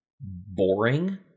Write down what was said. boring